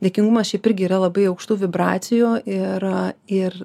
dėkingumas šiaip irgi yra labai aukštų vibracijų ir ir